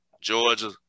Georgia